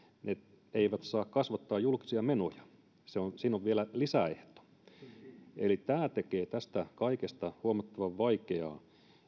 ne eivät kasvata julkisia menoja eli siinä on vielä lisäehto tämä tekee tästä kaikesta huomattavan vaikeaa